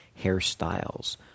hairstyles